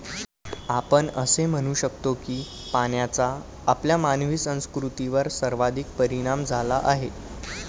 आपण असे म्हणू शकतो की पाण्याचा आपल्या मानवी संस्कृतीवर सर्वाधिक परिणाम झाला आहे